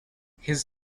his